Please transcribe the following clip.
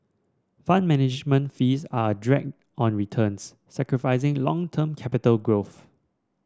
Fund Management fees are a drag on returns sacrificing long term capital growth